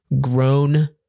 grown